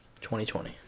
2020